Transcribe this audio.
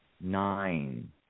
nine